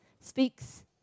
speaks